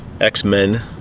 X-Men